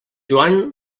joan